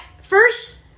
first